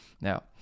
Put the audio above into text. Now